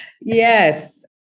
Yes